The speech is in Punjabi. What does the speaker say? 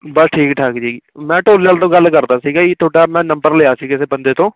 ਬਸ ਠੀਕ ਠਾਕ ਜੀ ਮੈਂ ਢੋਲੇਆਲ਼ ਤੋਂ ਗੱਲ ਕਰਦਾ ਸੀਗਾ ਜੀ ਤੁਹਾਡਾ ਮੈਂ ਨੰਬਰ ਲਿਆ ਸੀ ਕਿਸੇ ਬੰਦੇ ਤੋਂ